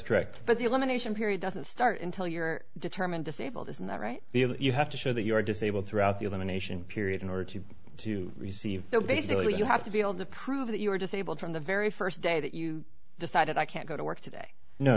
correct but the elimination period doesn't start until you're determined disabled isn't that right you have to show that you are disabled throughout the elimination period in order to to receive the basically you have to be able to prove that you were disabled from the very first day that you decided i can't go to work today no